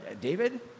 David